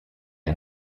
and